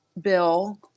bill